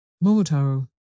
Momotaro